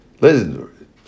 listen